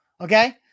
Okay